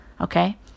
Okay